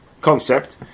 concept